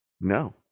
No